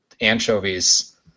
anchovies